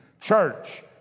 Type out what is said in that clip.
church